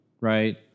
right